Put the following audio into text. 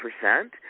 percent